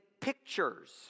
pictures